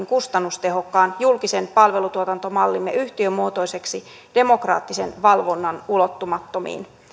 kustannustehokkaan julkisen palvelutuotantomallimme yhtiömuotoiseksi demokraattisen valvonnan ulottumattomiin